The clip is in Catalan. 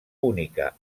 única